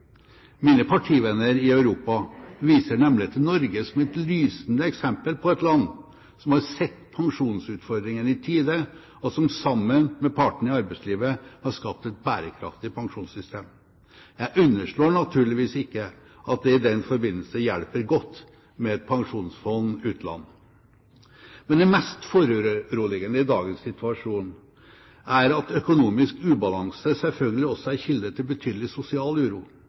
Mine partivenner i Europa viser nemlig til Norge som et lysende eksempel på et land som har sett pensjonsutfordringen i tide, og som sammen med partene i arbeidslivet har skapt et bærekraftig pensjonssystem. Jeg underslår naturligvis ikke at det i den forbindelse hjelper godt med Statens pensjonsfond utland. Men det mest foruroligende i dagens situasjon er at økonomisk ubalanse selvfølgelig også er kilde til betydelig sosial uro.